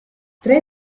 tre